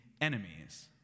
enemies